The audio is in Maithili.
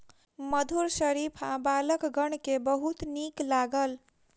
मधुर शरीफा बालकगण के बहुत नीक लागल